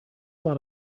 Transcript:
lot